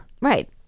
right